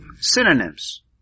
Synonyms